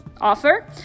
offer